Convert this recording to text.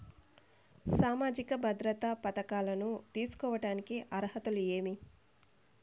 సామాజిక భద్రత పథకాలను తీసుకోడానికి అర్హతలు ఏమి?